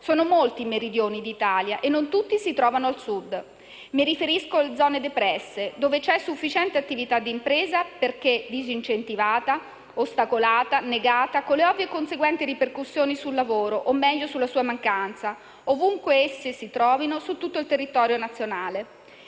Sono molti i Meridioni d'Italia e non tutti si trovano al Sud. Mi riferisco alle zone depresse, dove c'è insufficiente attività di impresa perché disincentivata, ostacolata e negata, con le ovvie conseguenti ripercussioni sul lavoro, o, meglio, sulla sua mancanza, ovunque esse si trovino su tutto il territorio nazionale.